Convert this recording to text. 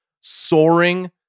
soaring